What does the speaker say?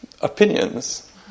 opinions